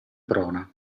prona